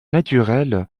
naturel